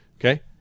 Okay